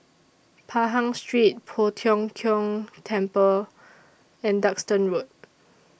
Pahang Street Poh Tiong Kiong Temple and Duxton Road